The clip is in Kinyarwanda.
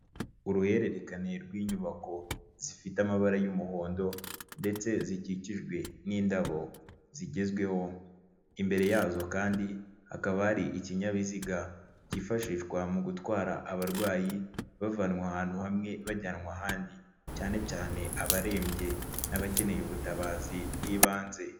Uruhererekane rw'inyubako zifite amabara y'umuhondo ndetse zikikijwe n'indabo zigezweho, imbere yazo kandi hakaba hari ikinyabiziga cyifashishwa mu gutwara abarwayi bavanwa ahantu hamwe bajyanwa ahandi, cyane cyane abarembye n'abakeneye ubutabazi bw'ibanze.